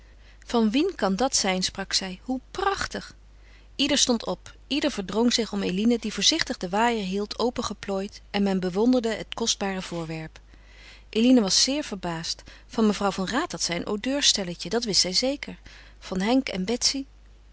van wien kan dat zijn sprak zij hoe prachtig ieder stond op ieder verdrong zich om eline die voorzichtig den waaier hield opengeplooid en men bewonderde het kostbare voorwerp eline was zeer verbaasd van mevrouw van raat had zij een odeurstelletje dat wist zij zeker van henk en betsy